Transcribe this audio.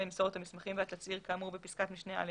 למסור את המסמכים והתצהיר כאמור בפסקת משנה (א)